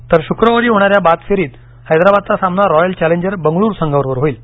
तर शुक्रवारी होणाऱ्या बाद फेरीत हैदराबादचा सामना रॉयल चॅलेंजर बंगळूर संघाबरोबर होईल